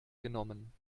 genommen